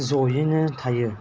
ज'यैनो थायो